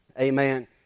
Amen